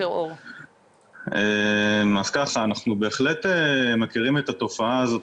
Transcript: אנחנו בהחלט מכירים את התופעה הזאת,